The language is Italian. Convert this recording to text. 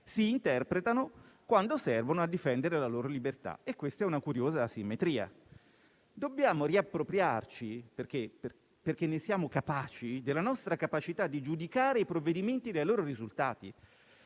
si interpretano quando servono a difendere la loro libertà. Questa è una curiosa asimmetria. Dobbiamo riappropriarci, perché ne siamo capaci, della nostra capacità di giudicare i provvedimenti dai loro risultati.